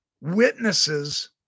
witnesses